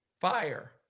Fire